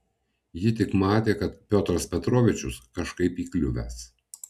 ji tik matė kad piotras petrovičius kažkaip įkliuvęs